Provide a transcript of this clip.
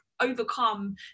overcome